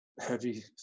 heavy